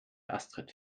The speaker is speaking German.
astrid